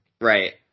Right